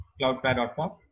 cloudflare.com